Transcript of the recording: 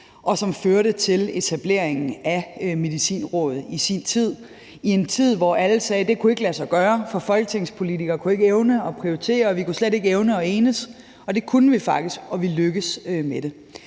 som førte til etableringen af Medicinrådet i sin tid. Det var i en tid, hvor alle sagde, at det kunne ikke lade sig gøre, for folketingspolitikere evnede ikke at prioritere, og vi evnede slet ikke at enes. Det kunne vi faktisk, og vi lykkedes med det.